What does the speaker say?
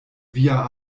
via